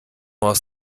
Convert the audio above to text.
aus